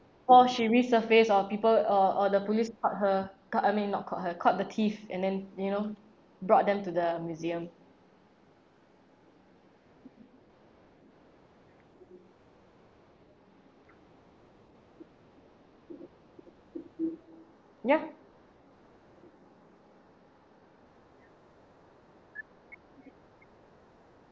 or she re-surfaced or people or or the police caught her caught I mean not caught her caught the thief and then you know brought them to the museum ya